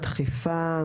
דחיפה,